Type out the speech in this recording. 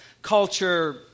culture